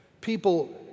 people